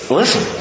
listen